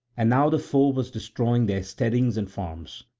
and now the foe was destroying their steadings and farms,